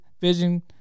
vision